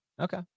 Okay